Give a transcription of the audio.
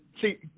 See